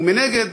ומנגד,